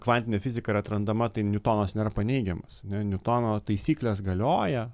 kvantinė fizika yra atrandama tai niutonas nėra paneigiamas ane niutono taisyklės galioja